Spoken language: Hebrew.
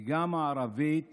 וגם הערבית